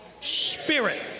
spirit